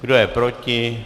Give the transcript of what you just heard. Kdo je proti?